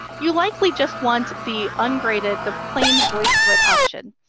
you likely just want the ungraded, the plain voicethread option.